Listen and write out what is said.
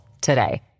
today